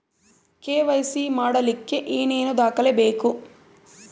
KYC ಮಾಡಲಿಕ್ಕೆ ಏನೇನು ದಾಖಲೆಬೇಕು?